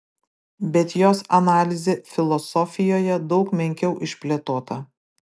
bet jos analizė filosofijoje daug menkiau išplėtota